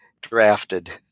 drafted